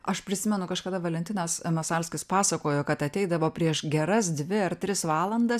aš prisimenu kažkada valentinas masalskis pasakojo kad ateidavo prieš geras dvi ar tris valandas